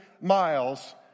miles